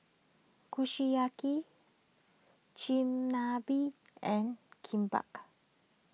Kushiyaki Chigenabe and